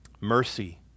mercy